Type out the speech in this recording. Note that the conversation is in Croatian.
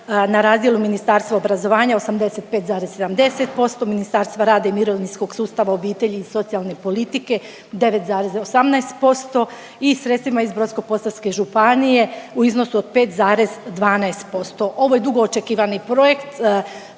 na razdjelu Ministarstva obrazovanja 85,70%, Ministarstva rada i mirovinskog sustava, obitelji i socijalne politike 9,18% i sredstvima iz Brodsko-posavske županije u iznosu od 5,12%. Ovo je dugo očekivani projekt.